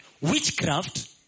Witchcraft